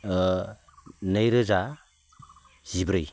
ओ नैरोजा जिब्रै